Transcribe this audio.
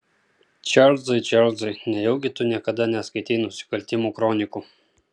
čarlzai čarlzai nejaugi tu niekada neskaitei nusikaltimų kronikų